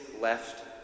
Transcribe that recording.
left